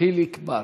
חיליק בר.